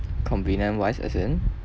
convenient wise as in